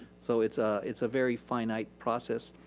so it's ah it's a very finite process.